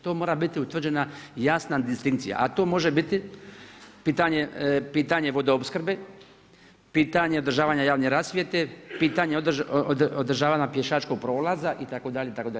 To mora biti utvrđena jasna distinkcija a to može biti pitanje vodoopskrbe, pitanja održavanja javne rasvjete. pitanja održavanja pješačkog prolaza, itd., itd.